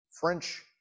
French